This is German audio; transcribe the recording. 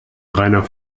reiner